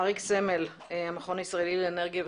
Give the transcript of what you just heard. אריק סמל, המכון הישראלי לאנרגיה וסביבה.